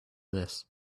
this